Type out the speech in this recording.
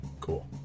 Cool